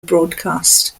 broadcast